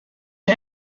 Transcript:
der